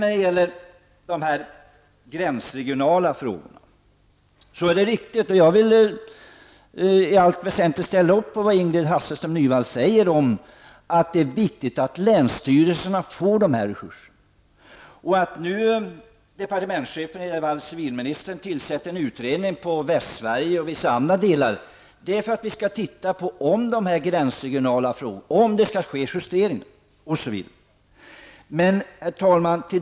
När det gäller de gränsregionala frågorna är det riktigt -- och jag vill i allt väsentligt instämma i det som Ingrid Hasselström Nyvall säger -- att det är viktigt att länsstyrelserna får de här resurserna. När nu departementschefen, i det här fallet civilministern, tillsätter en utredning i Västsverige och vissa andra delar, är det för att titta på dessa gränsregionala frågor och se om det skall ske justeringar osv. Herr talman!